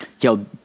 Yo